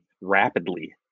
rapidly